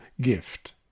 gift